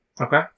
Okay